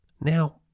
Now